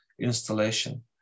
installation